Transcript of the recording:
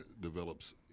develops